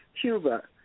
Cuba